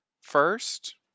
first